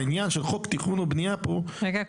העניין של חוק התכנון והבנייה פה --- לימור